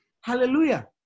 Hallelujah